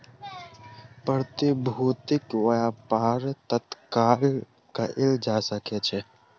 प्रतिभूतिक व्यापार तत्काल कएल जा सकै छै